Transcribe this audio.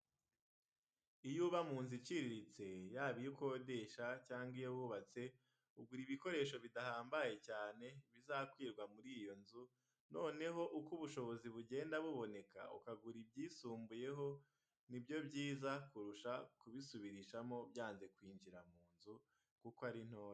Iyo uba mu nzu iciriritse, yaba iyo ukodesha cg iyo wubatse, ugura ibikoresho bidahambaye cyane, bizakwirwa muri iyo nzu, noneho uko ubushobozi bugenda buboneka, ukagura ibyisumbyeho ni byo byiza kurusha kubisubirishamo byanze kwinjira mu nzu, kuko ari ntoya.